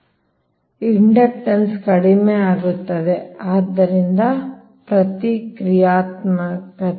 ಆದ್ದರಿಂದ ಇಂಡಕ್ಟನ್ಸ್ ಕಡಿಮೆ ಆಗುತ್ತದೆ ಆದ್ದರಿಂದ ಪ್ರತಿಕ್ರಿಯಾತ್ಮಕತೆ